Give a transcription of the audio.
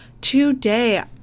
Today